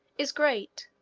is great,